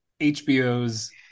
hbo's